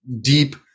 deep